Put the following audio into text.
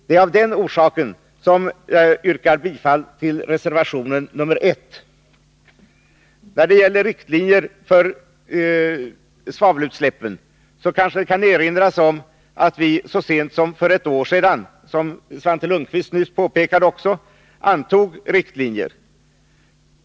Det är av den orsaken som jag yrkar bifall till reservation 5 När det gäller svavelutsläppen kanske det bör erinras om att vi så sent som för ett år sedan, som också Svante Lundkvist nyss påpekade, antog riktlinjer.